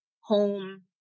home